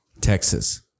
Texas